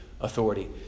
authority